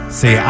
say